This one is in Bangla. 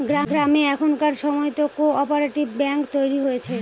গ্রামে এখনকার সময়তো কো অপারেটিভ ব্যাঙ্ক তৈরী হয়েছে